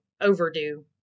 overdue